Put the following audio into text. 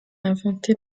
inventé